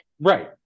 right